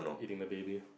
eating the baby